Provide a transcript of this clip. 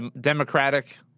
democratic